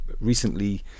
recently